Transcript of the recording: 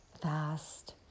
fast